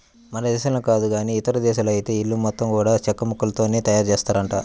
మన దేశంలో కాదు గానీ ఇదేశాల్లో ఐతే ఇల్లు మొత్తం గూడా చెక్కముక్కలతోనే తయారుజేత్తారంట